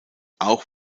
auch